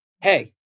hey